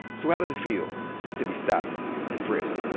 so how does it feel to be stopped and frisked?